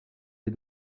est